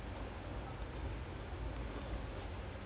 okay lah I mean do you think anybody will score